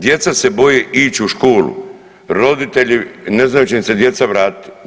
Djeca se boje ići u školu, roditelji ne znaju hoće im se djeca vratiti.